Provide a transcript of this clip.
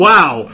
Wow